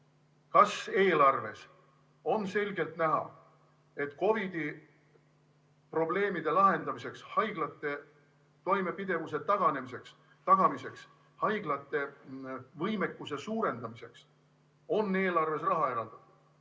kas eelarves on selgelt näha, et COVID‑i probleemide lahendamiseks, haiglate toimepidevuse tagamiseks, haiglate võimekuse suurendamiseks on eelarvesse raha eraldatud?